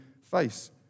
face